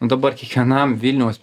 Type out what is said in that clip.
dabar kiekvienam vilniaus